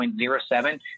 0.07